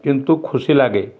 କିନ୍ତୁ ଖୁସି ଲାଗେ